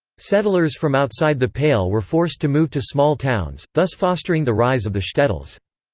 settlers from outside the pale were forced to move to small towns, thus fostering the rise of the shtetls.